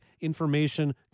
Information